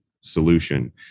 solution